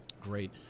Great